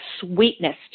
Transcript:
sweetness